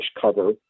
cover